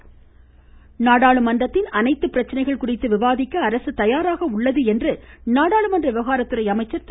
அனந்த்குமார் நாடாளுமன்றத்தின் அனைத்து பிரச்சினைகள் குறித்து விவாதிக்க அரசு தயாராக உள்ளது என்று நாடாளுமன்ற விவகாரத்துறை அமைச்சர் திரு